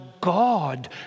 God